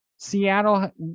Seattle